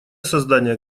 создания